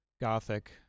gothic